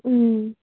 उम्